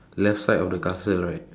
left side of the castle right